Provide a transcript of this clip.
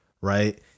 right